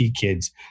kids